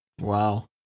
Wow